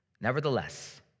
Nevertheless